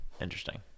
Interesting